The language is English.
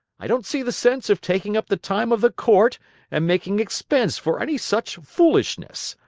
i don't see the sense of taking up the time of the court and makin' expense for any such foolishness.